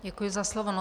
Děkuji za slovo.